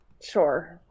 Sure